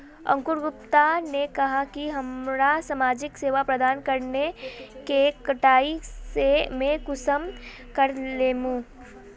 अंकूर गुप्ता ने कहाँ की हमरा समाजिक सेवा प्रदान करने के कटाई में कुंसम करे लेमु?